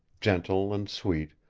gentle and sweet,